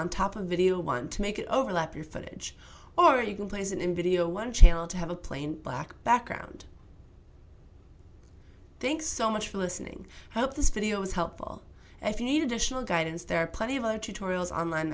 on top of video want to make it overlap your footage or you can place it in video one channel to have a plain black background thanks so much for listening i hope this video is helpful and if you need additional guidance there are plenty of other tutorials on line